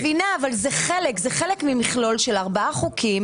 אני מבינה אבל זה חלק ממכלול של ארבעה חוקים